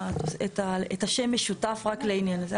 את השם משותף רק לעניין הזה.